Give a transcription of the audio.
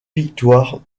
victoires